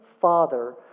Father